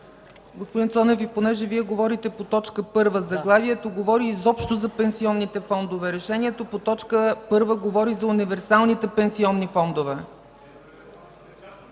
Господин Цонев, понеже говорите по точка първа, заглавието говори изобщо за пенсионните фондове. Решението по точка първа говори за универсалните пенсионни фондове.